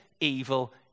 evil